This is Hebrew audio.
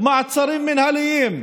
מעצרים מינהליים.